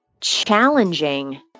challenging